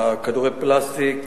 כדורי פלסטיק,